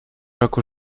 roku